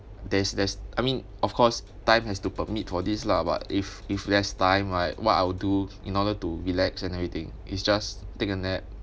there's there's I mean of course time has to permit for this lah but if if there's time right what I would do in order to relax and everything is just take a nap